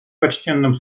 почтенным